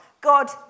God